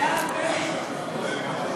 נתקבלו.